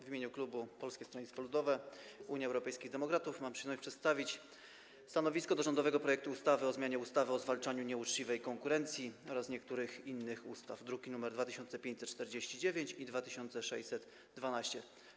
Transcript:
W imieniu klubu Polskiego Stronnictwa Ludowego - Unii Europejskich Demokratów mam przyjemność przedstawić stanowisko wobec rządowego projektu ustawy o zmianie ustawy o zwalczaniu nieuczciwej konkurencji oraz niektórych innych ustaw, druki nr 2549 i 2612.